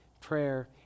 prayer